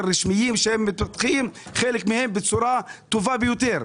רשמיים שחלק מהם מתוחזקים בצורה טובה ביותר.